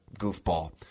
goofball